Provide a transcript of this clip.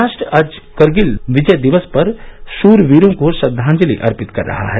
राष्ट्र आज करगिल विजय दिवस पर शुर वीरों को श्रद्वांजलि अर्पित कर रहा है